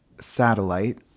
satellite